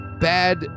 bad